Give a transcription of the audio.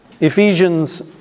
Ephesians